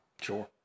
Sure